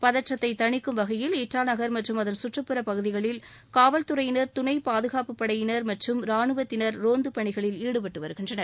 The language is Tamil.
பதற்றத்தை தணிக்கும் வகையில் ஈட்டா நகர் மற்றும் அதன் கற்றுப்புற பகுதிகளில் காவல்துறையினா் துணை பாதுகாப்புப் படையினர் மற்றும் ரானுவத்தினர் ரோந்து பணியில் ஈடுபட்டு வருகின்றனர்